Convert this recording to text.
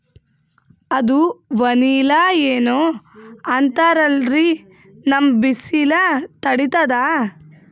ಅದು ವನಿಲಾ ಏನೋ ಅಂತಾರಲ್ರೀ, ನಮ್ ಬಿಸಿಲ ತಡೀತದಾ?